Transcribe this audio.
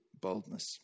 boldness